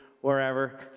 wherever